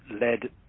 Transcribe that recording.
led